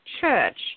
Church